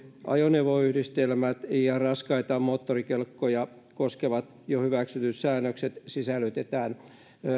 ajoneuvoyhdistelmät ja raskaita moottorikelkkoja koskevat jo hyväksytyt säännökset sisällytetään